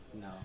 No